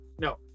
No